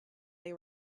they